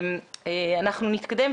אנחנו נתקדם,